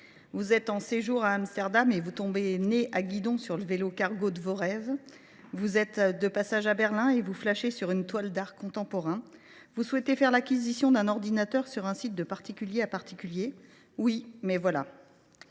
vous séjournez à Amsterdam et vous tombez nez à guidon sur le vélo cargo de vos rêves ? Vous êtes de passage à Berlin et vous flashez sur une toile d’art contemporain ? Vous souhaitez faire l’acquisition d’un ordinateur sur un site de particulier à particulier ? Oui, mais vous